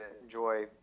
enjoy